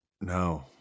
No